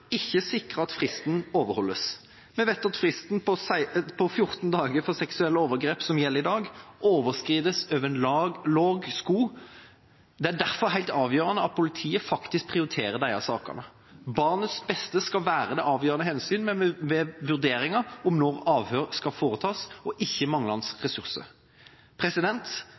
ikke sikrer at fristen overholdes. Vi vet at fristen på 14 dager for seksuelle overgrep, som gjelder i dag, overskrides over en lav sko. Det er derfor helt avgjørende at politiet faktisk prioriterer disse sakene. Barnets beste skal være det avgjørende hensyn ved vurderinga av om når avhør skal foretas, og ikke manglende